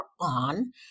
on